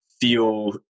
feel